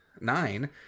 Nine